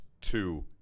two